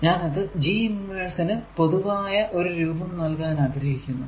ഞാൻ ഈ G inverse നു പൊതുവായ ഒരു രൂപം നൽകാനാഗ്രഹിക്കുന്നു